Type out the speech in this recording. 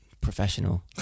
professional